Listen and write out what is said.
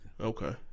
Okay